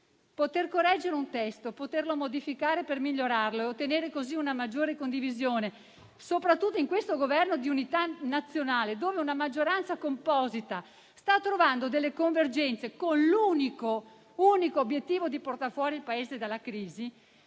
Poter correggere un testo, poterlo modificare per migliorarlo e ottenere così una maggiore condivisione, soprattutto in questo Governo di unità nazionale, dove una maggioranza composita sta trovando delle convergenze con l'unico obiettivo di portar fuori il Paese dalla crisi,